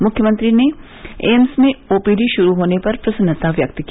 मुख्यमंत्री ने एम्स में ओ पी डी शुरू होने पर प्रसन्नता व्यक्त की